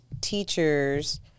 teachers